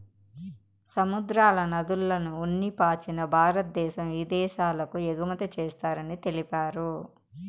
సముద్రాల, నదుల్ల ఉన్ని పాచిని భారద్దేశం ఇదేశాలకు ఎగుమతి చేస్తారని తెలిపారు